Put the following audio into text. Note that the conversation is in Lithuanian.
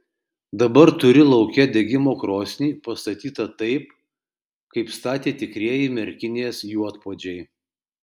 dabar turi lauke degimo krosnį pastatytą taip kaip statė tikrieji merkinės juodpuodžiai